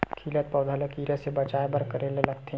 खिलत पौधा ल कीरा से बचाय बर का करेला लगथे?